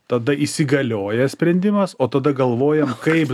tada įsigalioja sprendimas o tada galvojam kaip